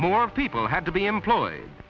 more people had to be employed